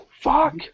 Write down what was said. fuck